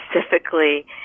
specifically